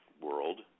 world